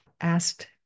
asked